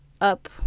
up